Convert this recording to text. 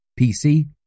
PC